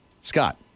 Scott